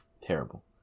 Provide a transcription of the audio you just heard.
Terrible